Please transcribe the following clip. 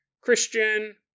Christian